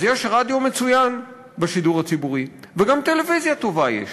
אז יש רדיו מצוין בשידור הציבורי וגם טלוויזיה טובה יש.